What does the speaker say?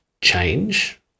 change